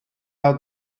out